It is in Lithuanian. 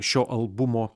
šio albumo